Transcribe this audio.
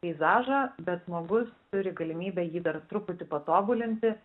peizažą bet žmogus turi galimybę jį dar truputį patobulinti